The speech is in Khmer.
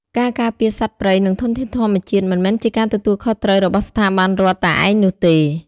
ការការពារសត្វព្រៃ និងធនធានធម្មជាតិ មិនមែនជាការទទួលខុសត្រូវរបស់ស្ថាប័នរដ្ឋតែឯងនោះទេ។